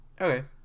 Okay